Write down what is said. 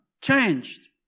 changed